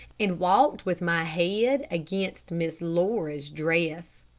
and walked with my head against miss laura's dress.